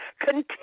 Continue